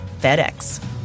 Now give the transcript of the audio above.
FedEx